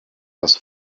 das